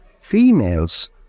Females